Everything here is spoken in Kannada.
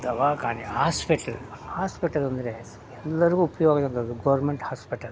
ದವಾಖಾನೆ ಆಸ್ಪೆಟಲ್ ಹಾಸ್ಪೆಟಲ್ ಅಂದರೆ ಎಲ್ಲರಿಗೂ ಉಪಯೋಗ ಇರುವಂಥದ್ದು ಗೋರ್ಮೆಂಟ್ ಹಾಸ್ಪೆಟಲ್